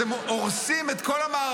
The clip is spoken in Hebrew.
אתם הורסים את כל המערכות.